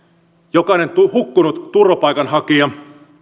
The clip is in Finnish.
jokainen hukkunut turvapaikanhakija